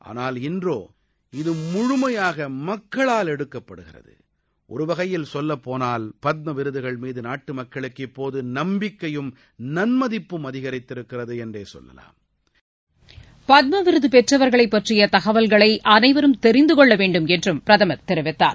ஆனால் இன்றோ இது முழுமையாக மக்களால் எடுக்கப்படுகிறது ஒரு வகையில் சொல்லப்போனால் பத்ம விருதுகள் மீது நாட்டுமக்களுக்கு இப்போது நம்பிக்கையும் நன்மதிப்பும் அதிகரித்திருக்கிறது என்றே சொல்லலாம் பத்ம விருது பெற்றவர்களைப் பற்றிய தகவல்களை அனைவரும் தெரிந்துகொள்ள வேண்டும் என்றும் பிரதமர் தெரிவித்தார்